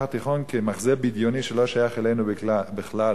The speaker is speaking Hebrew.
התיכון כמחזה בדיוני שלא שייך אלינו בכלל,